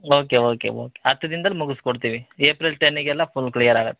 okay okay okay ಹತ್ತು ದಿನ್ದಲ್ಲಿ ಮುಗಸ್ಕೊಡ್ತೀವಿ ಏಪ್ರಿಲ್ ಟೆನ್ನಿಗೆ ಎಲ್ಲ ಫುಲ್ ಕ್ಲಿಯರ್ ಆಗತ್ತೆ